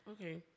okay